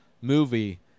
movie